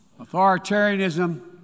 Authoritarianism